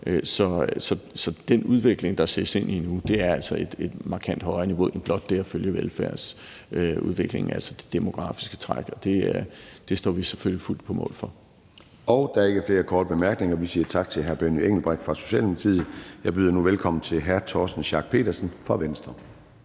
Så den udvikling, der ses ind i nu, er altså et markant højere niveau end blot det at følge velfærdsudviklingen, altså det demografiske træk, og det står vi selvfølgelig fuldt på mål for. Kl. 10:36 Formanden (Søren Gade): Der er ikke flere korte bemærkninger. Vi siger tak til hr. Benny Engelbrecht fra Socialdemokratiet. Jeg byder nu velkommen til hr. Torsten Schack Pedersen fra Venstre.